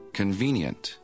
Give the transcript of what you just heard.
convenient